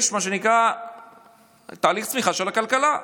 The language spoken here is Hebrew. יש מה שנקרא תהליך צמיחה של הכלכלה.